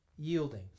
yielding